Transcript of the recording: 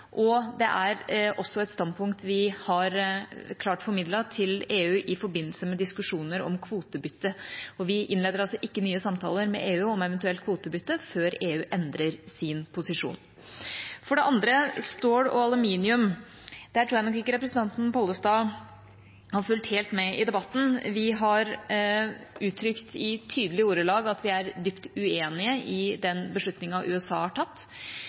og det er også et standpunkt vi klart har formidlet til EU i forbindelse med diskusjoner om kvotebytte. Vi innleder altså ikke nye samtaler med EU om eventuelt kvotebytte før EU endrer sin posisjon. For det andre, når det gjelder stål og aluminium, tror jeg nok ikke representanten Pollestad har fulgt helt med i debatten. Vi har uttrykt i tydelige ordelag at vi er dypt uenig i den beslutningen USA har tatt,